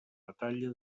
batalla